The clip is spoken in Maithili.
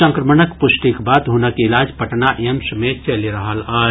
संक्रमणक पुष्टिक बाद हुनक इलाज पटनाक एम्स मे चलि रहल अछि